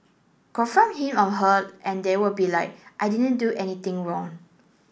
confront him or her and they will be like I didn't do anything wrong